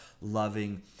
loving